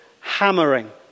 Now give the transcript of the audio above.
hammering